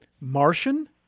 Martian